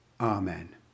Amen